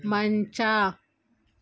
ಮಂಚ